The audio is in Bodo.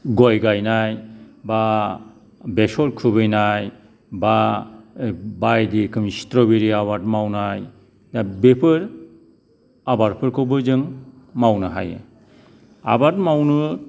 गय गायनाय बा बेसर खुबैनाय बा बायदि स्ट्रबेरि आबाद मावनाय दा बेफोर आबादफोरखौबो जों मावनो हायो आबाद मावनो